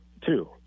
two